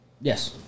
Yes